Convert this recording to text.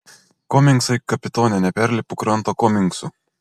komingsai kapitone neperlipu kranto komingsų